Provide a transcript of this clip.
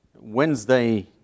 Wednesday